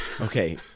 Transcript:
okay